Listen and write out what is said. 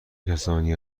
کسانی